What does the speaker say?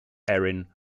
erin